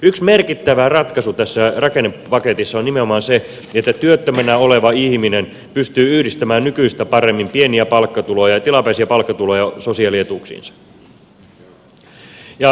yksi merkittävä ratkaisu tässä rakennepaketissa on nimenomaan se että työttömänä oleva ihminen pystyy yhdistämään nykyistä paremmin pieniä palkkatuloja ja tilapäisiä palkkatuloja sosiaalietuuksiinsa